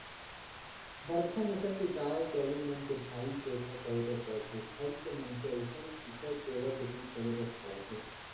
बड़का नसल के गाय गरू मन के भारी जोखा करे बर पड़थे, घर के मनखे असन इखर सेवा जतन करे बर पड़थे